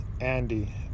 Andy